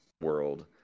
world